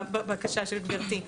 בבקשה של גברתי.